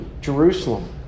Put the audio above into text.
Jerusalem